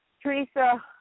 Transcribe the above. Teresa